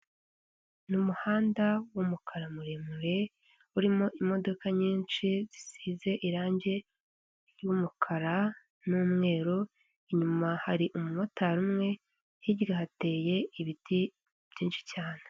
Ni umuhanda wumukara muremure urimo imodoka nyinshi zisize irangi ry'umukara n'umweru inyuma hari umumotari umwe hirya hateye ibiti byinshi cyane.